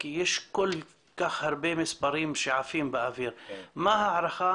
כי יש כל כך הרבה מספרים שעפים באוויר מה ההערכה